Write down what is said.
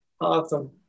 Awesome